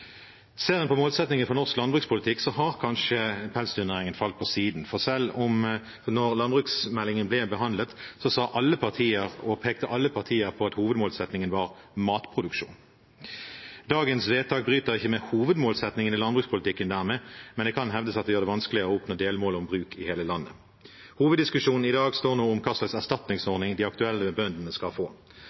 Ser en på målsettingen for norsk landbrukspolitikk har kanskje pelsdyrnæringen falt på siden. Selv da landbruksmeldingen ble behandlet, pekte alle partier på at hovedmålsettingen var matproduksjon. Dagens vedtak bryter dermed ikke med hovedmålsettingene i landbrukspolitikken, men det kan hevdes det gjør det vanskeligere å oppnå delmål om bruk i hele landet. Hoveddiskusjonen i dag står om hva slags erstatningsordning de aktuelle bøndene skal få.